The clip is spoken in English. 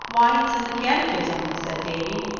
why, it's in the catechism, said davy.